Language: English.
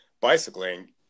bicycling